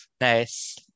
Nice